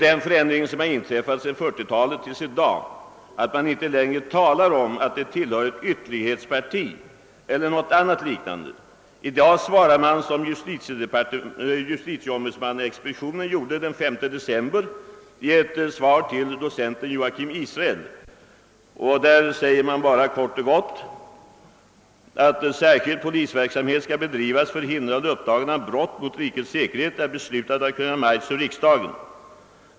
Den förändring som har inträffat sedan 1940-talet är att man inte längre talar om att de tillhör ett ytterlighetsparti eller något liknande — i dag svarar man som justitieombudsmannaexpeditionen gjorde den 5 december 1966 i ett svar till docenten Joachim Israeli och där man kort och gott sade: »Att särskild polisverksamhet skall bedrivas för hindrande och uppdagande av brott mot rikets säkerhet är beslutat av Kungl. Maj:t och riksdagen.